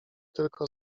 tylko